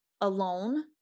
alone